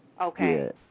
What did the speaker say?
Okay